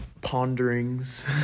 ponderings